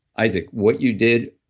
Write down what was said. isaac, what you did,